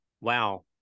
wow